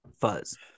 fuzz